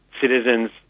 citizens